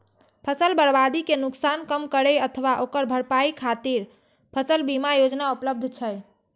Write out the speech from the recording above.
फसल बर्बादी के नुकसान कम करै अथवा ओकर भरपाई खातिर फसल बीमा योजना उपलब्ध छै